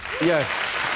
yes